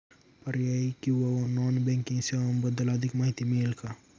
पर्यायी किंवा non banking सेवांबद्दल अधिक माहिती मिळेल का?